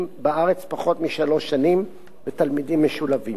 בארץ פחות משלוש שנים ותלמידים משולבים.